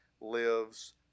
lives